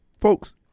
folks